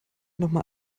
nochmal